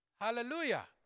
Hallelujah